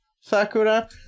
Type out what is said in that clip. Sakura